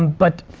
but,